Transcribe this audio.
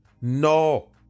No